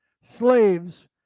Slaves